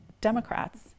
Democrats